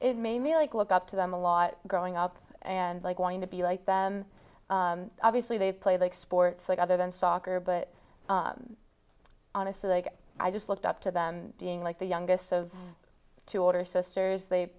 it made me like look up to them a lot growing up and like going to be like them obviously they play like sports like other than soccer but honestly like i just looked up to them being like the youngest of two water sisters they